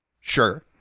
Sure